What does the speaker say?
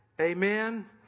Amen